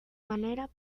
manera